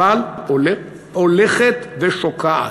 אבל הולכת ושוקעת,